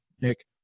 Nick